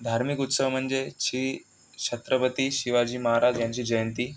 धार्मिक उत्सव म्हणजे श्री छत्रपती शिवाजी महाराज यांची जयंती